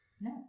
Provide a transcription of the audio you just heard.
No